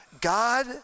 God